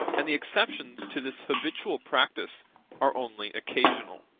and the exceptions to this habitual practice are only occasional.